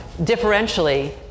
differentially